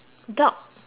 hmm